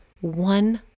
one